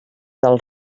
dels